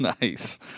Nice